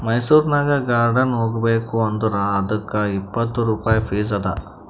ಮೈಸೂರನಾಗ್ ಗಾರ್ಡನ್ ಹೋಗಬೇಕ್ ಅಂದುರ್ ಅದ್ದುಕ್ ಇಪ್ಪತ್ ರುಪಾಯಿ ಫೀಸ್ ಅದಾ